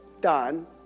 done